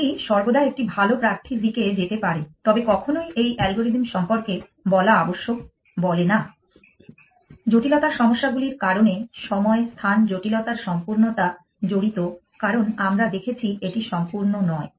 এটি সর্বদা একটি ভাল প্রার্থীর দিকে যেতে পারে তবে কখনই এই অ্যালগরিদম সম্পর্কে বলা আবশ্যক বলে না জটিলতার সমস্যাগুলির কারণে সময় স্থান জটিলতার সম্পূর্ণতা জড়িত কারণ আমরা দেখেছি এটি সম্পূর্ণ নয়